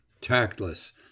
Tactless